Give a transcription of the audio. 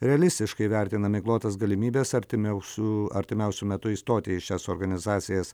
realistiškai vertina miglotas galimybes artimiau su artimiausiu metu įstoti į šias organizacijas